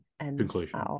conclusion